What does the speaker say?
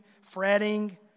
fretting